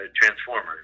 Transformers